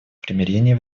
примирения